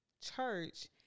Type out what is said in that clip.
church